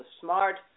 Smart